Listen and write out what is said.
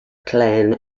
clan